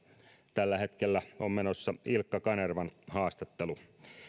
tällä hetkellä istuvista on menossa ilkka kanervan haastattelu